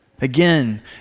Again